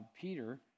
Peter